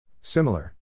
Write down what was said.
Similar